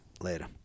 Later